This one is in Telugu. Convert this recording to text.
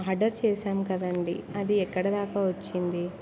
ఆర్డర్ చేశాము కదండి అది ఎక్కడ దాకా వచ్చింది